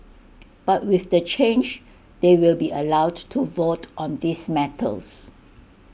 but with the change they will be allowed to vote on these matters